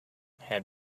had